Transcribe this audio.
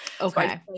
Okay